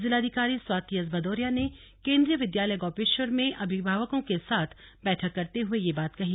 जिलाधिकारी स्वाति एस भदौरिया ने केन्द्रीय विद्यालय गोपेश्वर में अभिभावकों के साथ बैठक करते हुए यह बात कही